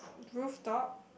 roof top